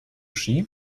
ski